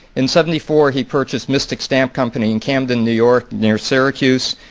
in seventy four he purchased mystic stamp company in camden, new york, near syracuse.